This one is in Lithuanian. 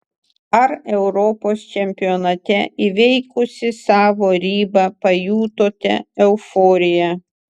ar europos čempionate įveikusi savo ribą pajutote euforiją